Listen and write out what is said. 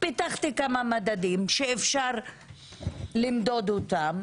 פיתחתי כמה מדדים שאפשר למדוד אותם,